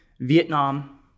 Vietnam